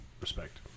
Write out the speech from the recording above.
respect